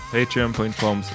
Patreon.com